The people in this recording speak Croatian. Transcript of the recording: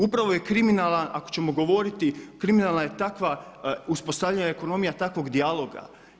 Upravo je kriminalan ako ćemo govoriti, kriminalna je takva uspostavljena je ekonomija takvog dijaloga.